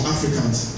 Africans